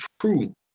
true